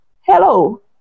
Hello